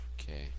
Okay